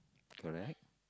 correct